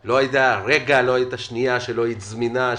שלא היה רגע ולא הייתה שנייה שלא היית זמינה,